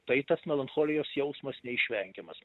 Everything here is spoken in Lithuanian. tai tas melancholijos jausmas neišvengiamas